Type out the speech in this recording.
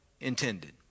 intended